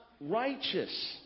righteous